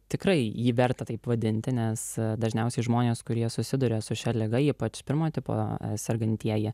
tikrai jį verta taip vadinti nes dažniausiai žmonės kurie susiduria su šia liga ypač pirmo tipo sergantieji